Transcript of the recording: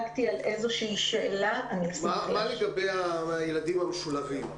מה לגבי הילדים המשולבים?